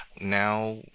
Now